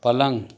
पलंग